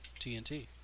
TNT